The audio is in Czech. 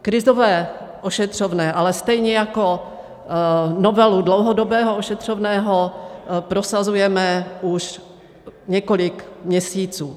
Krizové ošetřovné stejně jako novelu dlouhodobého ošetřovného prosazujeme už několik měsíců.